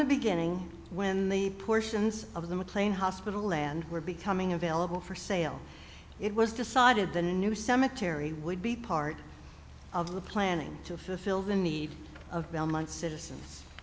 the beginning when the portions of the mclean hospital land were becoming available for sale it was decided the new cemetery would be part of the planning to fulfill the needs of belmont citizens